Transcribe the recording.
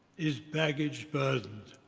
is baggage-burdened,